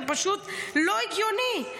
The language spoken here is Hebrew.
זה פשוט לא הגיוני.